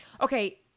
okay